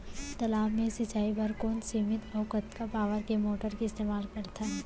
तालाब से सिंचाई बर कोन सीमित अऊ कतका पावर के मोटर के इस्तेमाल करथन?